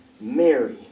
Mary